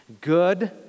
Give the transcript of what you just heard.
Good